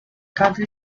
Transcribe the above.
county